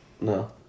No